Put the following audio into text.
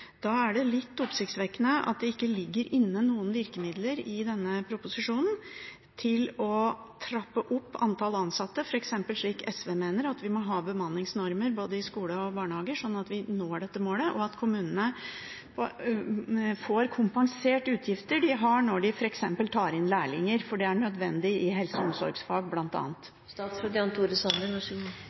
Da er det litt oppsiktsvekkende at det ikke ligger inne noen virkemidler i denne proposisjonen for å trappe opp antall ansatte, f.eks. slik SV mener, at vi må ha bemanningsnormer i både skoler og barnehager sånn at vi når dette målet, og at kommunene får kompensert utgiftene de har, når de f.eks. tar inn lærlinger, for det er nødvendig i helse- og omsorgsfag